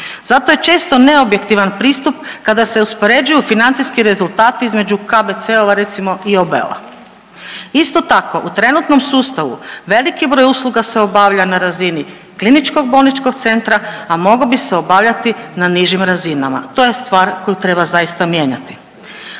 Zato je često neobjektivan pristup kada se uspoređuju financijski rezultati između KBC-ova, recimo i OB-ova. Isto tako, u trenutnom sustavu, veliki broj usluga se obavlja na razini kliničkog bolničkog centra, a mogao bi se obavljati na nižim razinama. To je stvar koju treba zaista mijenjati.